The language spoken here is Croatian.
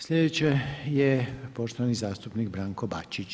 Sljedeći je poštovani zastupnik Branko BAčić.